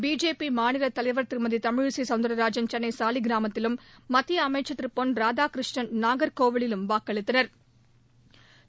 பிஜேபிமாநில திருமதிதமிழிசைசவுந்திரராஜன் சென்னைசாலிகிராமத்திலும் கலைவர் மத்தியஅமைச்சா் திருபொன் ராதாகிருஷ்ணன் நாகா்கோவிலிலும் வாக்களித்தனா்